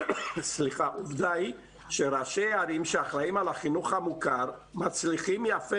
עובדה היא שראשי ערים שאחראים על החינוך המוכר מצליחים יפה